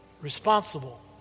responsible